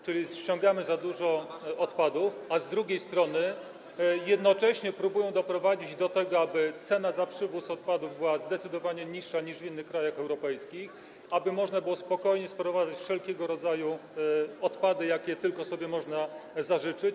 czyli ściągamy za dużo odpadów, a z drugiej strony jednocześnie próbuje doprowadzić do tego, aby cena za przywóz odpadów była zdecydowanie niższa niż w innych krajach europejskich, aby można było spokojnie sprowadzać wszelkiego rodzaju odpady, jakie tylko sobie można zażyczyć.